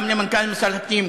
גם למנכ"ל משרד הפנים,